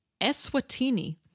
Eswatini